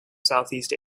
southeast